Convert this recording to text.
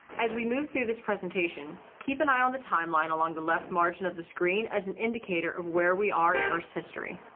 as we move through this presentation, keep an eye on the timeline along the left margin of the screen as an indicator of where we are in earth's history.